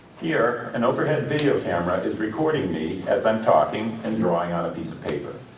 here, an overhead video camera is recording me as i'm talking and drawing on a piece of paper.